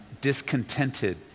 discontented